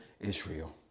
Israel